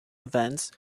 events